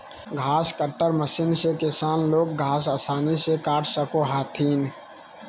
घास cutter machine से किसान लोग घास आसानी से काट सको हथिन